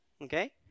Okay